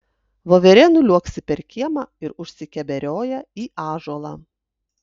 voverė nuliuoksi per kiemą ir užsikeberioja į ąžuolą